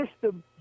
system